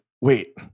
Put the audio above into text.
wait